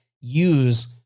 use